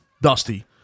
Dusty